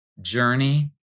Journey